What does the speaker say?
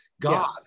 god